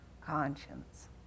conscience